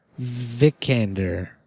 Vikander